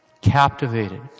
captivated